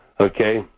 okay